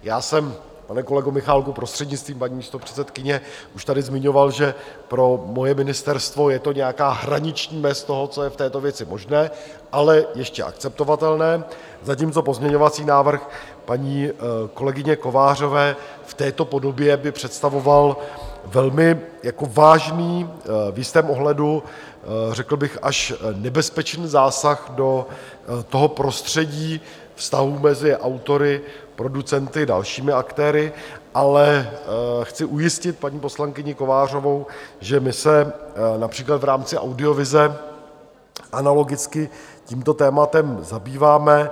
Já jsem, pane kolego Michálku, prostřednictvím paní místopředsedkyně, už tady zmiňoval, že pro moje ministerstvo je to nějaká hraniční mez toho, co je v této věci možné, ale ještě akceptovatelné, zatímco pozměňovací návrh paní kolegyně Kovářové v této podobě by představoval velmi vážný, v jistém ohledu řekl bych až nebezpečný zásah do prostředí vztahů mezi autory, producenty, dalšími aktéry, ale chci ujistit paní poslankyni Kovářovou, že my se například v rámci audiovize analogicky tímto tématem zabýváme.